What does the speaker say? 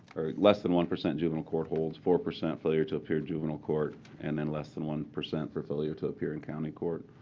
less than one percent juvenile court holds, four percent failure to appear in juvenile court, and then less than one percent for failure to appear in county court.